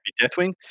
deathwing